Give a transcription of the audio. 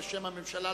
בשם הממשלה,